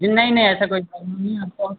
जी नहीं नहीं ऐसा कोई प्रॉब्लम नहीं आपको